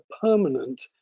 permanent